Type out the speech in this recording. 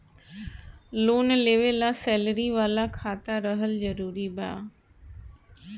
Loan लेवे ला salary वाला खाता रहल जरूरी बा?